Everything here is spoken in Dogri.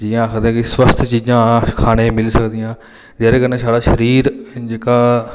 जियां आखदे कि स्वस्थ चीजां खानें ई मिली सकदियां जेह्दे कन्नै साढ़ा शरीर जेह्का